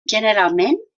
generalment